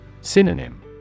Synonym